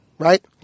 Right